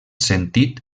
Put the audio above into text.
sentit